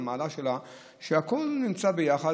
המעלה שלה היא שהכול נמצא ביחד.